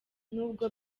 nubwo